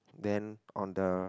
then on the